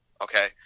okay